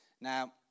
Now